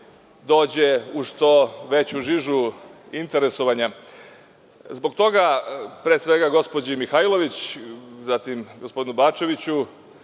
dođe u što veću žižu interesovanja. Zbog toga, pre svega gospođi Mihajlović, zatim gospodinu Bačeviću,